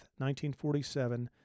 1947